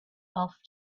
off